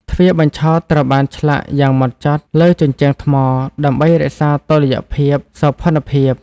ទ្វារបញ្ឆោតត្រូវបានឆ្លាក់យ៉ាងហ្មត់ចត់លើជញ្ជាំងថ្ម ដើម្បីរក្សាតុល្យភាពសោភ័ណភាព។